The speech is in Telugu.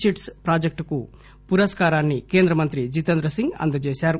చిట్స్ ప్రాజెక్టుకు పురస్కారాన్ని కేంద్ర మంత్రి జీతేంద్రసింగ్ అందజేశారు